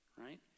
right